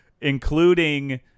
Including